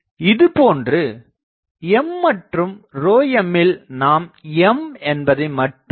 இதேபோன்று M மற்றும் ρm ல் நாம் M என்பதை மட்டும் எடுத்துக்கொள்கிறோம்